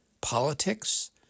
Politics